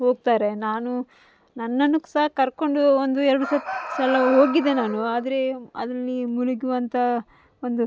ಹೋಗ್ತಾರೆ ನಾನು ನನ್ನನ್ನು ಸಹ ಕರಕೊಂಡು ಒಂದು ಎರಡು ಸರ್ತಿ ಸಲ ಹೋಗಿದ್ದೆ ನಾನು ಆದರೆ ಅಲ್ಲಿ ಮುಳುಗುವಂತಹ ಒಂದು